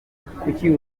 yansabye